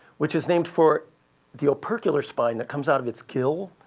which is named for the opercular spine that comes out of its gill,